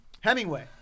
Hemingway